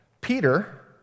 Peter